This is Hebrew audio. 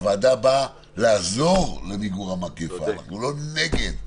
הוועדה באה לעזור למיגור המגפה, ולא נגד.